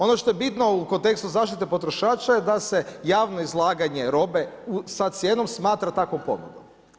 Ono što je bitno u kontekstu zaštite potrošača je da se javno izlaganje robe sa cijenom smatra takvom ponudom.